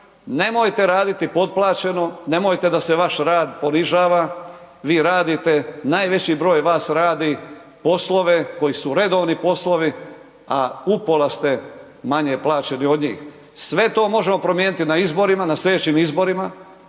nemojte raditi potplaćeno, nemojte da se vaš rad ponižava, vi radite, najveći broj vas radi poslove koji su redovni poslovi, a upola ste manje plaćeni od njih. Sve to možemo promijeniti na izborima, na slijedećim izborima,